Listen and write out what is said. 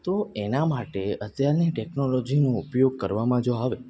તો એના માટે અત્યારની ટેકનોલોજીનો ઉપયોગ કરવામાં જો આવે